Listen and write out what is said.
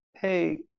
hey